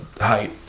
height